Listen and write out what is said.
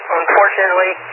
unfortunately